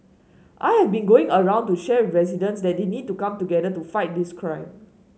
I have been going around to share residents that they need to come together to fight this crime